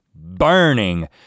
burning